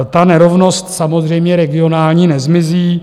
Ta nerovnost samozřejmě regionální nezmizí.